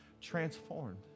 transformed